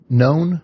known